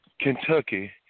Kentucky